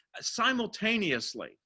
simultaneously